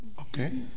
Okay